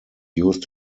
used